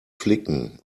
flicken